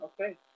Okay